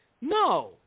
No